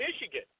Michigan